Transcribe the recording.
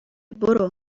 برو